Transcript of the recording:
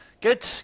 Good